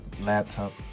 laptop